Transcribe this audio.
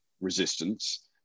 resistance